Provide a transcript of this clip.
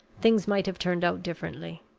things might have turned out differently